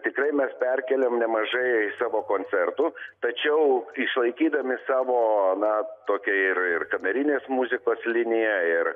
tikrai mes perkėlėm nemažai savo koncertų tačiau išlaikydami savo na tokią ir kamerinės muzikos liniją ir